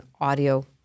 audio